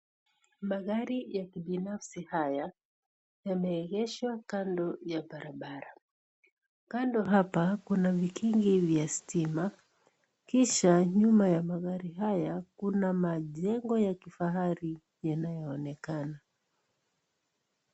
Magari ya kibinafai haya yameegeshwa kando ya barabara, kando hapa kuna vikingi ya stima. Kisha nyuma ya magari haya Kuna mjengo ya kifahari inayo onekana.